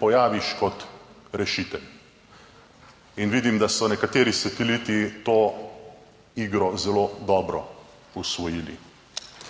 pojaviš kot rešitelj. In vidim, da so nekateri sateliti to igro zelo dobro osvojili.